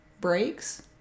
breaks